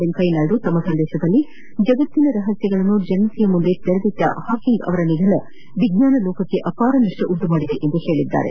ವೆಂಕಯ್ಯ ನಾಯ್ಡು ತಮ್ಮ ಸಂದೇಶದಲ್ಲಿ ಜಗತ್ತಿನ ರಹಸ್ಯಗಳನ್ನು ಜನತೆಯ ಮುಂದೆ ತೆರೆದಿಟ್ಟ ಹಾಕಿಂಗ್ ಅವರ ನಿಧನ ವಿಜ್ಞಾನ ಜಗತ್ತಿಗೆ ಅಪಾರ ನಷ್ಟ ಉಂಟುಮಾಡಿದೆ ಎಂದಿದ್ದಾರೆ